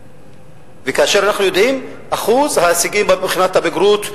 כאשר אנחנו יודעים מהם אחוזי ההישגים בבחינות הבגרות,